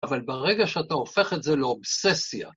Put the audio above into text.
אבל ברגע שאתה הופך את זה לאובססיה...